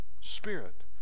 spirit